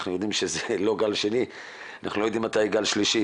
אנחנו יודעים שזה לא גל שני ואנחנו לא יודעים מתי גל שלישי,